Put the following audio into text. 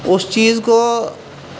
اس چیز کو